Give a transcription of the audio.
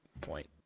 point